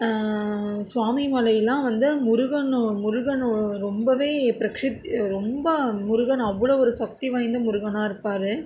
சுவாமி மலைலாம் வந்து முருகன் முருகன் ரொம்பவே ப்ரக்ஷித் ரொம்ப முருகன் அவ்வளோ ஒரு சக்தி வாய்ந்த முருகனாக இருப்பார்